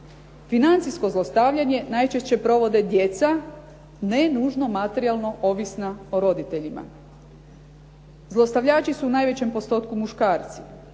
Financijsko zlostavljanje najčešće provode djeca, ne nužno materijalno ovisna o roditeljima. Zlostavljači su u najvećem postotku muškarci,